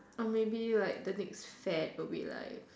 or maybe the next fad will be like